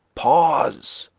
pause!